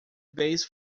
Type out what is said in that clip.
base